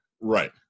Right